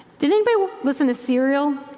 did anybody listen to serial,